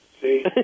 see